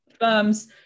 firms